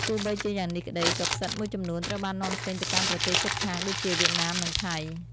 ទោះបីជាយ៉ាងនេះក្តី ក៏ផ្សិតមួយចំនួនត្រូវបាននាំចេញទៅកាន់ប្រទេសជិតខាងដូចជា វៀតណាម និងថៃ។